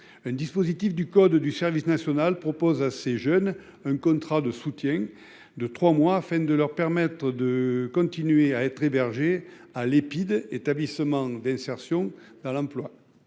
Un dispositif du code du service national propose à ces jeunes un contrat de soutien de 3 mois afin de leur permettre de continuer à être hébergés à l'Epide, établissement d'insertion dans l'emploi.